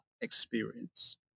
experience